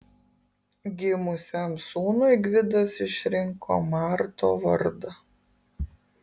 gimusiam sūnui gvidas išrinko marto vardą